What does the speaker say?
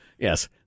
Yes